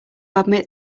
admit